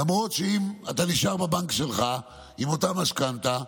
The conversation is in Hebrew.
למרות שאם אתה נשאר בבנק שלך עם אותה משכנתה,